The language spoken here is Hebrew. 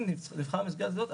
אם נבחר במסגרת כזאת,